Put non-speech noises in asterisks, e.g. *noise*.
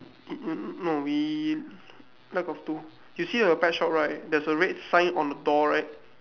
*noise* no we lack of two you see the pet shop right there is a red sign on the door right